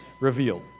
revealed